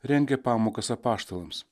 rengė pamokas apaštalams